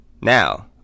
Now